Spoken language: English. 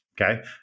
Okay